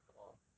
or